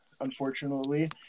unfortunately